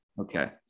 Okay